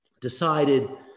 decided